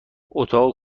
اتاق